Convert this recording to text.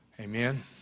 Amen